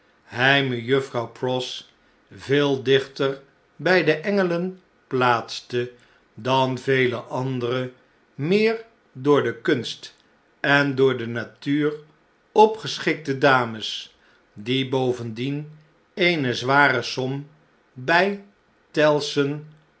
mejuffrouw pross veel dichter bij de engelen plaatste dan vele andere meer door de kunst en door de natuur opgeschikte dames diebovendien eene zware som by